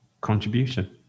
contribution